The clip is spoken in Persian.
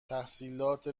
تحصیلات